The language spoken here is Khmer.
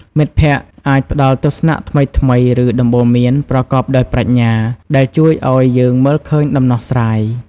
មិត្តភក្តិអាចផ្តល់ទស្សនៈថ្មីៗ ឬដំបូន្មានប្រកបដោយប្រាជ្ញា ដែលជួយឲ្យយើងមើលឃើញដំណោះស្រាយ។